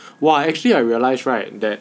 !wah! actually I realise right that